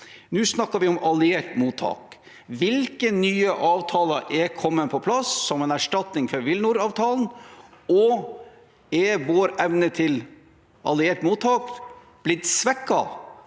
Nå snakker vi om alliert mottak. Hvilke nye avtaler er kommet på plass som en erstatning for WilNor-avtalen? Er vår evne til alliert mottak blitt svekket